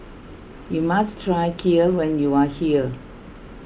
you must try Kheer when you are here